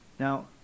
Now